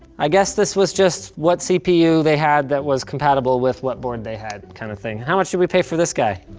i guess this was just what cpu they had that was compatible with what board they had kind of thing. how much did we pay for this guy?